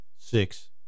six